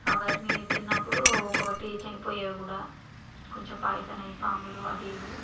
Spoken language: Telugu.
ఆ వరిని తిన్నప్పుడు ఒక్కోటి చనిపోయేవి కూడా కొంచెం పాయిజన్ అవి పాములు అవి ఇవి